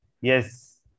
Yes